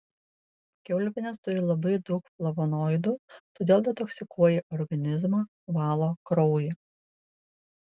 kiaulpienės turi labai daug flavonoidų todėl detoksikuoja organizmą valo kraują